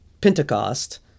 Pentecost